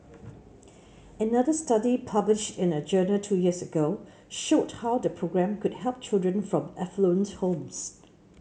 another study published in a journal two years ago showed how the programme could help children from affluent homes